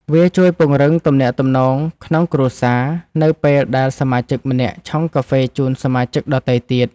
វាជួយពង្រឹងទំនាក់ទំនងក្នុងគ្រួសារ នៅពេលដែលសមាជិកម្នាក់ឆុងកាហ្វេជូនសមាជិកដទៃទៀត។